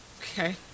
Okay